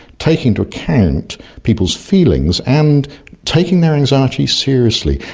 taking into account people's feelings and taking their anxieties seriously.